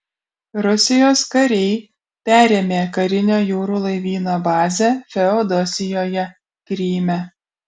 rusijos kariai perėmė karinio jūrų laivyno bazę feodosijoje kryme